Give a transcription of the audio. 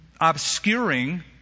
obscuring